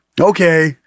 Okay